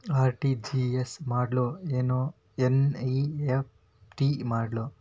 RTGS ಮಾಡ್ಲೊ NEFT ಮಾಡ್ಲೊ?